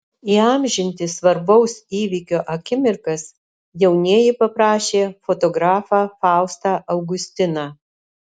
įamžinti svarbaus įvykio akimirkas jaunieji paprašė fotografą faustą augustiną